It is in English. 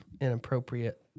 inappropriate